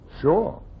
Sure